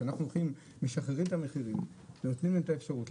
שאנחנו הולכים משחררים את המחירים ונותנים את האפשרות,